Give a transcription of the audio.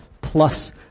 plus